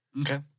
Okay